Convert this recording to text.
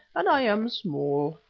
and i am small.